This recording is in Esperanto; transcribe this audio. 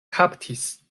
kaptis